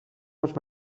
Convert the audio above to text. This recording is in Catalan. dels